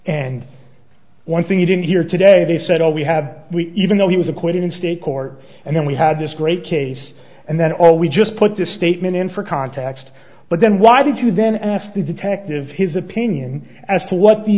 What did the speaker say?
and one thing you didn't hear today they said oh we have we even though he was acquitted in state court and then we had this great case and then all we just put this statement in for context but then why did you then asked the detective his opinion as to what the